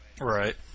right